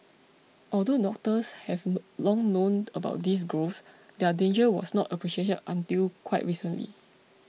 although doctors have long known about these growths their danger was not appreciated until quite recently